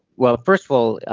well first of all,